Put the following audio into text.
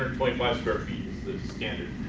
five square feet is the standard.